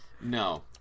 no